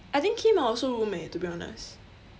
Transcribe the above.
I think kim I'll also room eh to be honest